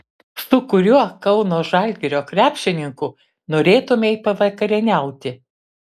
su kuriuo kauno žalgirio krepšininku norėtumei pavakarieniauti